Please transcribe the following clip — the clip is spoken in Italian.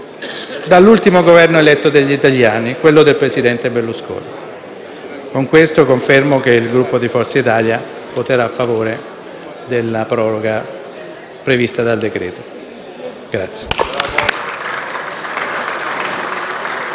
dell'ultimo Governo eletto degli italiani, quello del presidente Berlusconi. Con questo confermo che il Gruppo di Forza Italia voterà a favore della proroga prevista dal decreto-legge